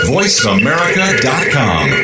VoiceAmerica.com